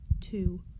two